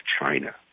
China